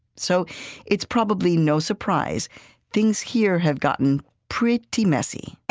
so it's probably no surprise things here have gotten pretty messy